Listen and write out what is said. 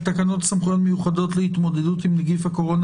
תקנות סמכויות מיוחדות להתמודדות עם נגיף הקורונה